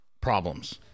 problems